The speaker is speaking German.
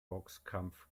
boxkampf